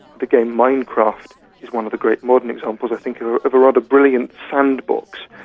the game minecraft is one of the great modern examples i think of of a rather brilliant sandbox,